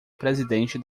presidente